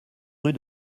rue